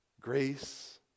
grace